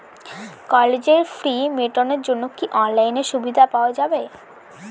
কলেজের ফি মেটানোর জন্য কি অনলাইনে সুবিধা পাওয়া যাবে?